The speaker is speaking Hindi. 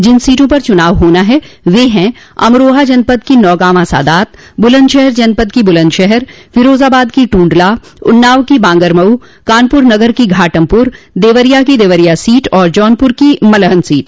जिन सीटों पर चुनाव होना है वे है अमरोहा जनपद की नौगांवा सादात बुलन्दशहर जनपद की बुलन्दशहर फिरोजाबाद की ट्रंडला उन्नाव की बांगरमऊ कानपुर नगर की घाटमपुर देवरिया की देवरिया सीट और जौनपुर की मलहन सीट